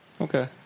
Okay